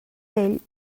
ell